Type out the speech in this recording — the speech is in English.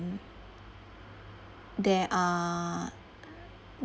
there are